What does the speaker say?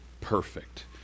perfect